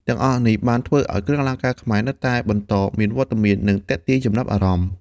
ទាំងអស់នេះបានធ្វើឱ្យគ្រឿងអលង្ការខ្មែរនៅតែបន្តមានវត្តមាន និងទាក់ទាញចំណាប់អារម្មណ៍។